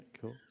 cool